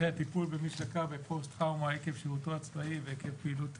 אחרי הטיפול במי שלקה בפוסט-טראומה עקב שירותו הצבאי ועקב פעילות טרור.